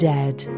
Dead